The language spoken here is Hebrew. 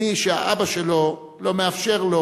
מי שהאבא שלו לא מאפשר לו,